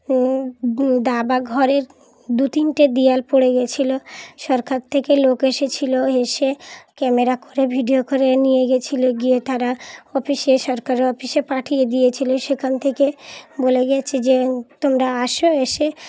দাবা ঘরের দু তিনটে দেওয়াল পড়ে গিয়েছিলো সরকার থেকে লোক এসেছিলো এসে ক্যামেরা করে ভিডিও করে নিয়ে গিয়েছিলো গিয়ে তারা অফিসে সরকারের অফিসে পাঠিয়ে দিয়েছিলো সেখান থেকে বলে গিয়েছে যে তোমরা আসো এসে